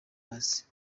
hasi